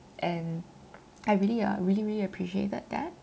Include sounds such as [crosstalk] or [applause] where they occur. and [noise] I really uh really really appreciated that